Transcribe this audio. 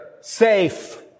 Safe